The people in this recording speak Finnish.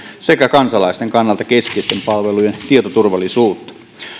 sekä kansalaisten kannalta keskeisten palveluiden tietoturvallisuutta